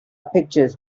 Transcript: pictures